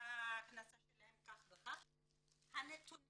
וההכנסה שלהם היא כך וכך, הנתונים